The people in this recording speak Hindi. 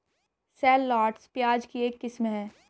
शैललॉटस, प्याज की एक किस्म है